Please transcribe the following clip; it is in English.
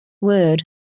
word